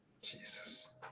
Jesus